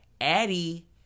Addie